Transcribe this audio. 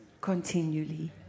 continually